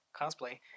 Cosplay